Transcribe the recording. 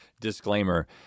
disclaimer